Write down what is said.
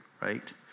right